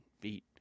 beat